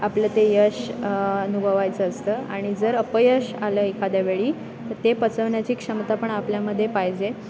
आपलं ते यश अनुभवायचं असतं आणि जर अपयश आलं एखाद्या वेळी तर ते पचवण्याची क्षमता पण आपल्यामध्ये पाहिजे